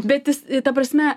bet jis ta prasme